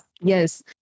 Yes